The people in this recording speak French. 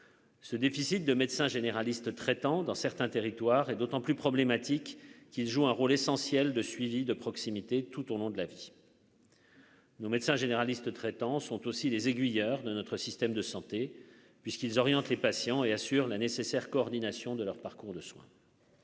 Ce déficit de médecins généralistes traitants dans certains territoires et d'autant plus problématique qu'joue un rôle essentiel de suivi de proximité tout au long de la vie. Nos médecins généralistes traitants sont aussi des aiguilleurs de notre système de santé puisqu'ils orientent les patients et assure la nécessaire coordination de leur parcours de soins.